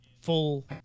full